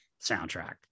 soundtrack